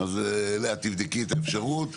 לאה, תבדקי את האפשרות.